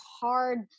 hard